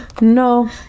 no